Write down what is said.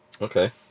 Okay